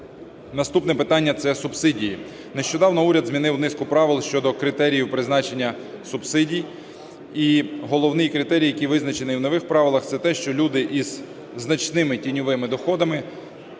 Наступне питання – це субсидії. Нещодавно уряд змінив низку правил щодо критеріїв призначення субсидій. І головний критерій, який визначений в нових правилах, - це те, що люди із значними тіньовими доходами